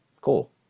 cool